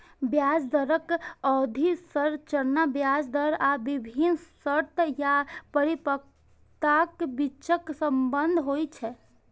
ब्याज दरक अवधि संरचना ब्याज दर आ विभिन्न शर्त या परिपक्वताक बीचक संबंध होइ छै